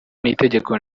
n’itegeko